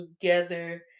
together